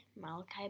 Malachi